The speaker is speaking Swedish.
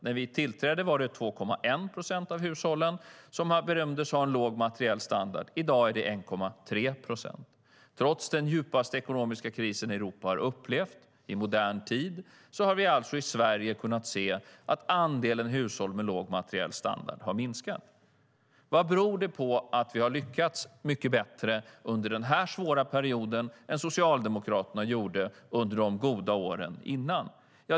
När vi tillträdde var det 2,1 procent av hushållen som bedömdes ha låg materiell standard. I dag är det 1,3 procent. Trots den djupaste ekonomiska kris Europa har upplevt i modern tid har vi i Sverige alltså kunnat se att andelen hushåll med låg materiell standard har minskat. Vad beror det då på att vi har lyckats mycket bättre under den här svåra perioden än Socialdemokraterna gjorde under de goda åren innan?